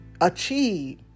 achieve